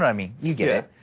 i mean you get it.